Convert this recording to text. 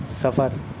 سفر